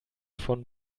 von